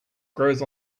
grows